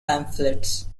pamphlets